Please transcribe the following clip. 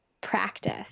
practice